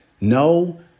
No